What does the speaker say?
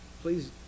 Please